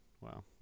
Wow